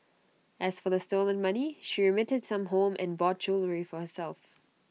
as for the stolen money she remitted some home and bought jewellery for herself